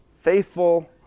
faithful